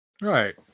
Right